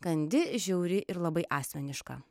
kandi žiauri ir labai asmeniška